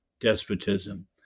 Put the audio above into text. despotism